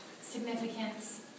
significance